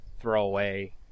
throwaway